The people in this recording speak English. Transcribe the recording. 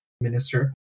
minister